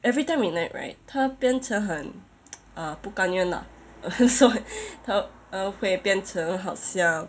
every time we nag right 他变成很不甘愿 lah 所以他会变成好像